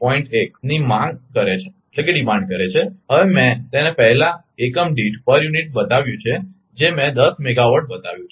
1 per unit megawatt ની માંગ કરે છે હવે મેં તેને પહેલા એકમ દીઠ બનાવ્યું છે જે મેં 10 મેગાવાટ બતાવ્યું છે